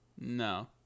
No